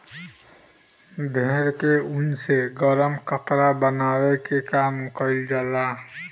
भेड़ के ऊन से गरम कपड़ा बनावे के काम कईल जाला